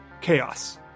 chaos